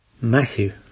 Matthew